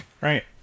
Right